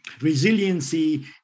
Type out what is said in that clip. Resiliency